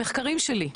המחקרים שלי,